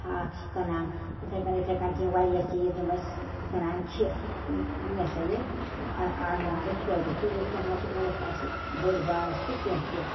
ہاکھ چھِ کٕنان یِتھَے کٔنۍ یِتھَے کٔنۍ تِم وارِیاہ چیٖز یِم أسۍ کٕنان چھِ یہِ ہَسا یہِ اَ آیہِ ونٛدس فٲیدٕ تیوٗت تہِ نہٕ حظ چھُ اوس نہٕ اَسہِ بٔڑ بارس تہٕ کیٚنٛہہ تہِ